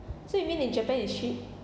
so you mean in japan it's cheap